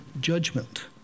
judgment